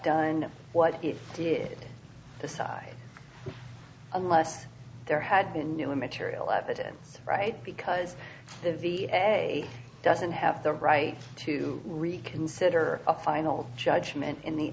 done what he did decide unless there had been new material evidence right because the v and a doesn't have the right to reconsider a final judgment in the